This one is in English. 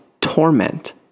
torment